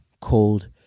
cold